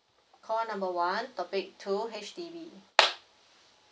call number one topic two H_D_B